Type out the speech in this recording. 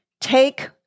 take